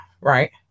right